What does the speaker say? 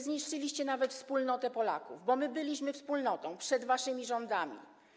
Zniszczyliście nawet wspólnotę Polaków, bo my byliśmy wspólnotą przed waszymi rządami.